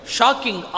Shocking